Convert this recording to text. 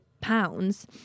pounds